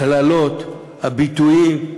הקללות, הביטויים,